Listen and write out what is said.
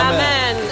Amen